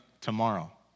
tomorrow